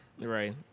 Right